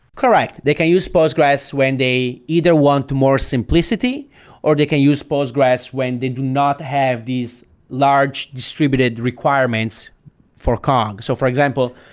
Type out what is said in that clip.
correct. they can use postgres when they either want more simplicity or they can use postgres when they do not have these large distributed requirements for kong. so for example,